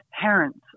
parents